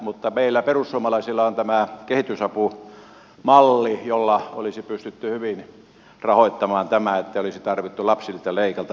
mutta meillä perussuomalaisilla on tämä kehitysapumalli jolla olisi pystytty hyvin rahoittamaan tämä ettei olisi tarvinnut lapsilta leikata